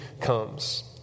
comes